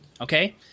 Okay